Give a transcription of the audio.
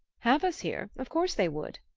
have us here? of course they would.